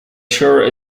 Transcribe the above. sure